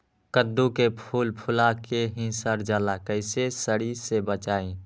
कददु के फूल फुला के ही सर जाला कइसे सरी से बचाई?